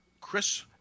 Chris